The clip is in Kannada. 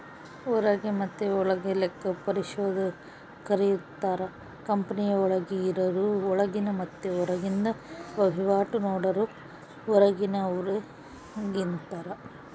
ಹೊರಗ ಮತೆ ಒಳಗ ಲೆಕ್ಕ ಪರಿಶೋಧಕರಿರುತ್ತಾರ, ಕಂಪನಿಯ ಒಳಗೆ ಇರರು ಒಳಗಿನ ಮತ್ತೆ ಹೊರಗಿಂದ ವಹಿವಾಟು ನೋಡರು ಹೊರಗಿನವರಾರ್ಗಿತಾರ